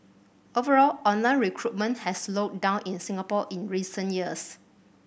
overall online recruitment has slowed down in Singapore in recent years